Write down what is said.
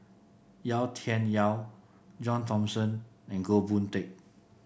Yau Tian Yau John Thomson and Goh Boon Teck